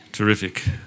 Terrific